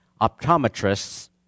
optometrists